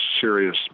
serious